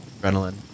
adrenaline